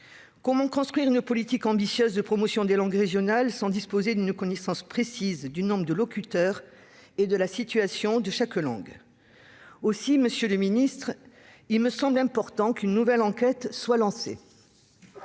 Comment construire une politique ambitieuse de promotion des langues régionales si nous ne disposons pas d'une connaissance précise du nombre de locuteurs et de la situation de chaque langue ? Monsieur le ministre, il me semble important qu'une nouvelle enquête nationale